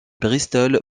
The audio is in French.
bristol